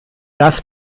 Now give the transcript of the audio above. das